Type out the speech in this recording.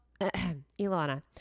Ilana